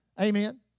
Amen